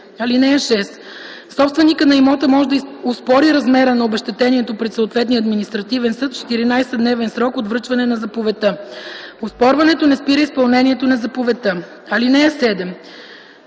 лице. (6) Собственикът на имота може да оспори размера на обезщетението пред съответния административен съд в 14-дневен срок от връчване на заповедта. Оспорването не спира изпълнението на заповедта. (7)